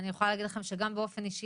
אני יכולה להגיד לכם שגם אני באופן אישי